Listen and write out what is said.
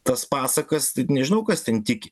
tas pasakas tai nežinau kas ten tiki